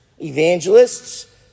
evangelists